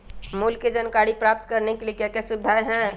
मूल्य के जानकारी प्राप्त करने के लिए क्या क्या सुविधाएं है?